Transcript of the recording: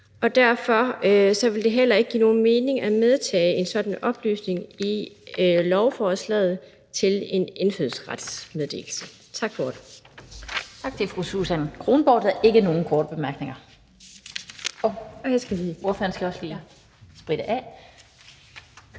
og derfor vil det heller ikke give nogen mening at medtage en sådan oplysning i lovforslaget om indfødsretsmeddelelse. Tak for ordet.